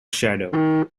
shadow